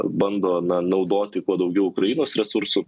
bando na naudoti kuo daugiau ukrainos resursų